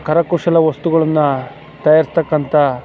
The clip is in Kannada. ಕರಕುಶಲ ವಸ್ತುಗಳನ್ನು ತಯಾರಿಸ್ತಕಂಥ